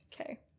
okay